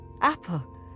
apple